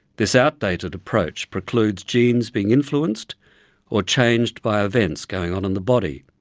this outdated approach precludes genes being influenced or changed by events going on in the body,